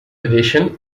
addition